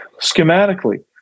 Schematically